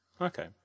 Okay